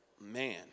man